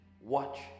watch